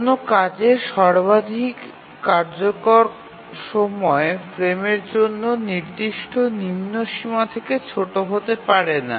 কোনও কাজের সর্বাধিক কার্যকর সময় ফ্রেমের জন্য নির্দিষ্ট নিম্নসীমা থেকে ছোট হতে পারে না